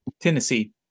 Tennessee